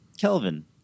Kelvin